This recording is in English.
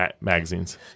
magazines